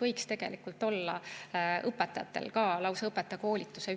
võiks tegelikult olla lausa õpetajakoolituse